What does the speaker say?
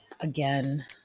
again